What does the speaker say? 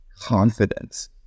confidence